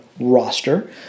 roster